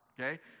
okay